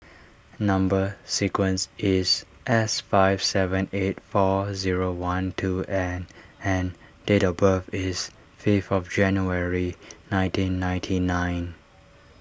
Number Sequence is S five seven eight four zero one two N and date of birth is fifth of January nineteen ninety nine